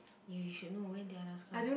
you should know when did I last cry